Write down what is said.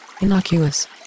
innocuous